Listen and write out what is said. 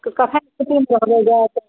कखन